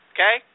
Okay